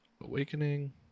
Awakening